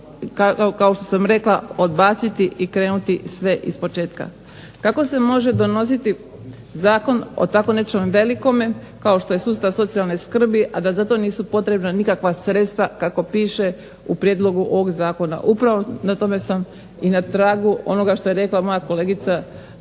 kao što sam rekla odbaciti i krenuti sve ispočetka. Kako se može donositi zakon o tako nečemu velikome kao što je sustav socijalne skrbi, a da za to nisu potrebna nikakva sredstva kako piše u prijedlogu ovog zakona. Upravo na tome sam i na tragu onoga što je rekla moja kolegica